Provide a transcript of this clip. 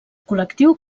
col·lectiu